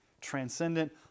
transcendent